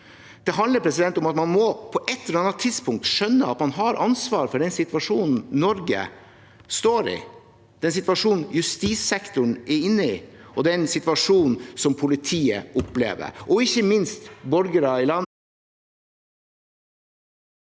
Det handler om at man på et eller annet tidspunkt må skjønne at man har ansvar for den situasjonen Norge står i, den situasjonen justissektoren er inne i, den situasjonen politiet opplever, og ikke minst